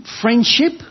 friendship